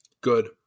Good